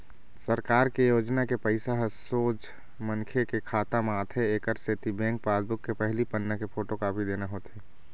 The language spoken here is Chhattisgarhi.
सरकार के योजना के पइसा ह सोझ मनखे के खाता म आथे एकर सेती बेंक पासबूक के पहिली पन्ना के फोटोकापी देना होथे